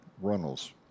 Runnels